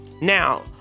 now